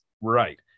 Right